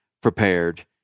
prepared